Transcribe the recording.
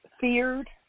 feared